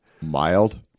Mild